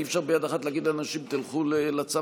אי-אפשר ביד אחת להגיד לאנשים: תלכו לצבא,